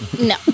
no